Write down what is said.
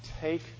take